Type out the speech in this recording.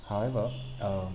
however um